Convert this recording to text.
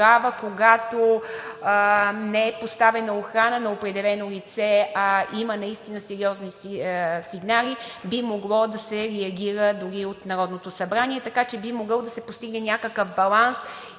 когато не е поставена охрана на определено лице, а има наистина сериозни сигнали, би могло да се реагира дори от Народното събрание. Така че би могъл да се постигне някакъв баланс